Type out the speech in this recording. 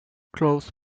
closed